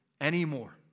anymore